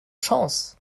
chance